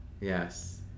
Yes